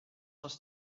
les